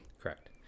correct